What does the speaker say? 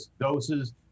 doses